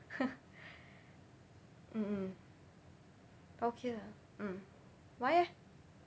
mm mm okay lah mm why eh